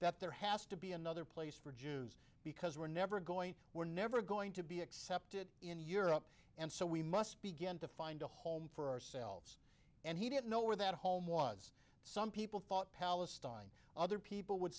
that there has to be another place for jews because we're never going we're never going to be accepted in europe and so we must begin to find a home for ourselves and he didn't know where that home was some people thought palestine other people would